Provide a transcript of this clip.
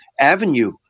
avenue